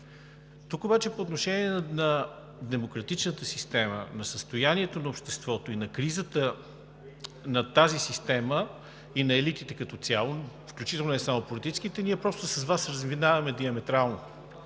Тук обаче, по отношение на демократичната система, на състоянието на обществото, на кризата на тази система и на елитите като цяло, включително не само политическите, ние с Вас просто се разминаваме диаметрално.